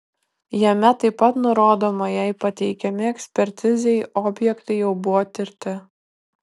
jame taip pat nurodoma jei pateikiami ekspertizei objektai jau buvo tirti